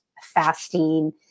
fasting